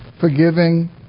forgiving